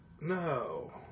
No